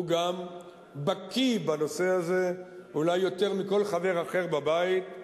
הוא גם בקי בנושא הזה אולי יותר מכל חבר אחר בבית.